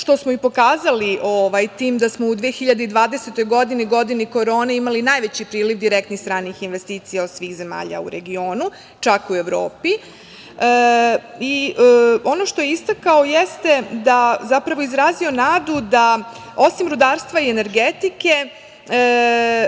što smo i pokazali tim da smo u 2020. godini, godini korone, imali najveći priliv direktnih stranih investicija od svih zemalja u regionu, čak u Evropi i ono što je istakao jeste da je izrazio nadu da, osim rudarstva i energetike,